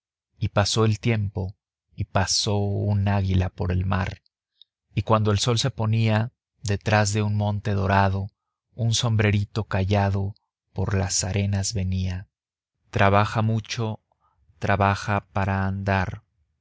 y pasó el tiempo y pasó un águila por el mar y cuando el sol se ponía detrás de un monte dorado un sombrerito callado por las arenas venía trabaja mucho trabaja para andar